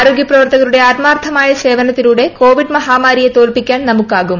ആരോഗ്യപ്രവർത്തകരുടെ ആത്മാർത്ഥമായ സേവനത്തിലൂടെ കോവിഡ് മഹാമാരിയെ തോൽപ്പിക്കാൻ നമുക്ക് ആകും